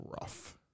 rough